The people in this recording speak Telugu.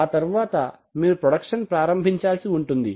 ఆ తర్వాత మీరు ప్రొడక్షన్ ప్రారంభించాల్సి ఉంటుంది